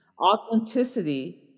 Authenticity